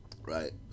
Right